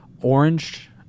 orange